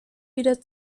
wieder